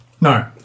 No